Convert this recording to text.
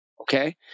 Okay